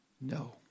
No